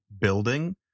building